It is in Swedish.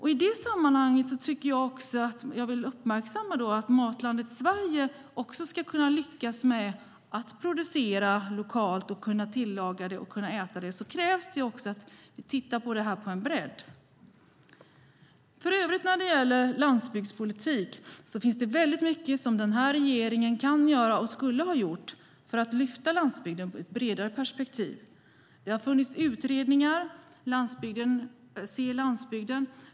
I det sammanhanget vill jag uppmärksamma att Matlandet Sverige också ska kunna lyckas med att producera lokalt. Man ska kunna tillaga det och kunna äta det. Då krävs det att vi tittar på det här med en bredd. För övrigt när det gäller landsbygdspolitik finns det mycket som den här regeringen kan göra, och som de skulle ha gjort, för att lyfta landsbygden i ett bredare perspektiv. Det har funnits utredningar - Se landsbygden!